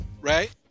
right